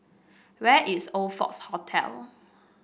where is Oxford Hotel